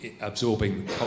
absorbing